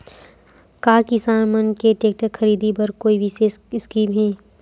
का किसान मन के टेक्टर ख़रीदे बर कोई विशेष स्कीम हे?